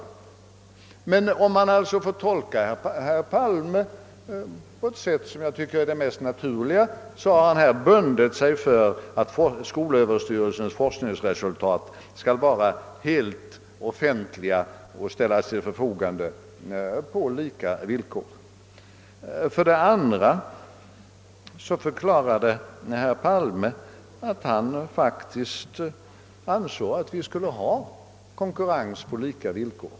Om man alltså får tolka statsrådet Palme på det sätt som jag tycker är det mest naturliga, har han här bundit sig för att skolöverstyrelsens forskningsresultat inte blott skall vara helt offent liga utan ställas till förfogande för utnyttjande på lika villkor. Vidare tycktes herr Palme förklara att han faktiskt ansåg att det borde vara konkurrens på lika villkor.